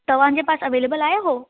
तव्हांजे पास अवेलेबल आहे उहो